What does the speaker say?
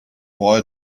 boy